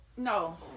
No